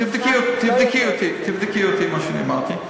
תבדקי אותי, מה שאמרתי.